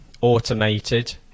automated